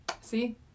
See